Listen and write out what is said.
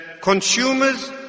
consumers